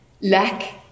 lack